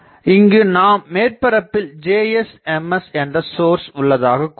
இங்கு நாம் மேற்பரப்பில் Js Ms என்ற சோர்ஸ் உள்ளதாக கொள்வோம்